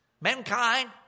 Mankind